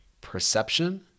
perception